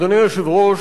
אדוני היושב-ראש,